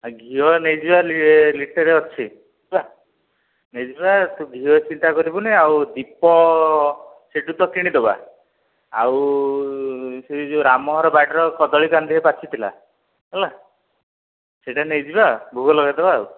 ଆଉ ଘିଅ ନେଇଯିବା ଲିଟରେ ଅଛି ହେଲା ନେଇଯିବା ତୁ ଘିଅ ଚିନ୍ତା କରିବୁନି ଆଉ ଦୀପ ସେହିଠୁ ତ କିଣିଦେବା ଆଉ ସେହି ଯେଉଁ ରାମ ଘର ବାଡ଼ିର କଦଳୀ କାନ୍ଧିଏ ପାଚିଥିଲା ହେଲା ସେହିଟା ନେଇଯିବା ଭୋଗ ଲଗାଇଦେବା ଆଉ